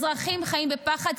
אזרחים חיים בפחד,